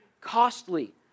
costly